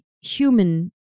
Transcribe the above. human